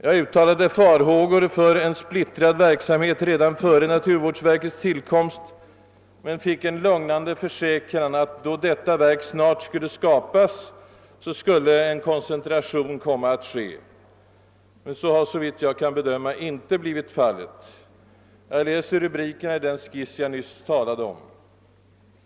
Jag uttalade farhågor för en splittrad verksamhet redan före mnaturvårdsverkets tillkomst men fick en lugnande försäkran att sedan detta verk skapats skulle en koncentration komma att ske. Så har, såvitt jag kan bedöma, inte blivit fallet. Jag läser rubrikerna i den skiss jag nyss talade om.